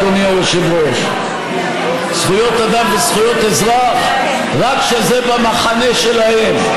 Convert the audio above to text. אדוני היושב-ראש: זכויות אדם וזכויות אזרח רק כשזה במחנה שלהם.